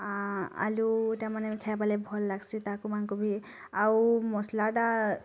ଆଃ ଆଳୁ ଟାମାନ୍ ଖାଇବା ବୋଲେ ଭଲ୍ ଲାଗସେ ତାକୁ ମାନକୁ ବି ଆଉ ମସଲା ଟା